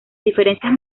diferencias